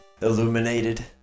illuminated